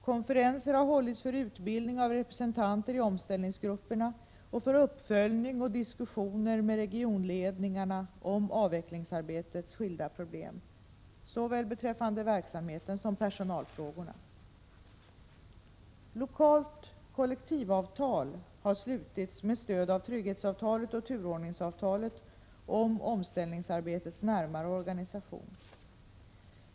Konferenser har hållits för utbildning av representanter i omställningsgrupperna och för uppföljning och diskussioner med regionledningarna om avvecklingsarbetets skilda problem, såväl beträffande verksamheten som personalfrågorna. Lokalt kollektivavtal har slutits med stöd av trygghetsavtalet och turordningsavtalet om omställningsarbetets närmare organisation.